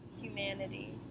humanity